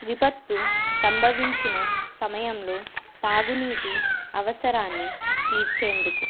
విపత్తు సంభవించిన సమయంలో తాగునీటి అవసరాన్ని తీర్చేందుకు